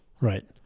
Right